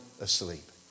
asleep